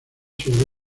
sobre